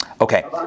Okay